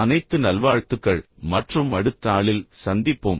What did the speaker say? அனைத்து நல்வாழ்த்துக்கள் மற்றும் அடுத்த நாளில் சந்திப்போம்